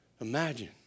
Imagine